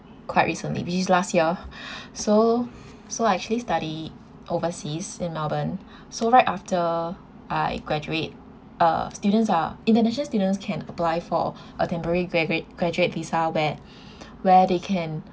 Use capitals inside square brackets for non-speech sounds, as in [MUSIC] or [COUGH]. quite recently which is last year [BREATH] so [BREATH] so I actually study overseas in melbourne so right after I graduate uh students are international students can apply for a temporary graduate graduate visa where [BREATH] where they can